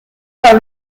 par